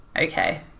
okay